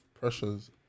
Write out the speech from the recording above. pressures